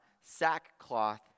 sackcloth